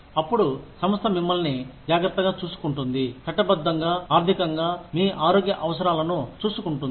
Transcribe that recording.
అప్పుడు సంస్థ మిమ్మల్ని జాగ్రత్తగా చూసుకుంటుంది చట్టబద్ధంగా ఆర్థికంగా మీ ఆరోగ్య అవసరాలను చూసుకుంటుంది